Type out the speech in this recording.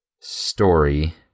story